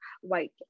white